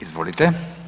Izvolite.